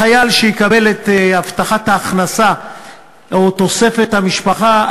חייל שיקבל את הבטחת ההכנסה או תוספת המשפחה,